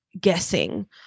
guessing